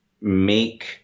make